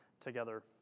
together